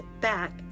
back